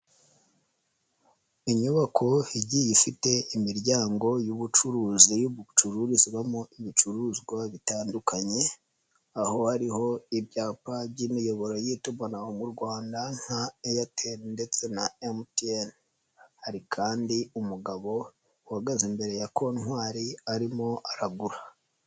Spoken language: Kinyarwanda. Inyubako igiye ifite imiryango y'ubucuruzi bucururizwamo ibicuruzwa bitandukanye aho hariho ibyapa by'imiyoboro y'itumanaho mu Rwanda nka Airtel ndetse na MTN, hari kandi umugabo uhagaze imbere ya kontwari arimo aragura.